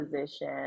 position